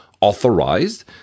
Authorized